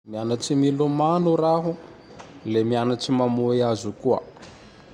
Miantse milomano raho, le mianatse mamoy azo koa!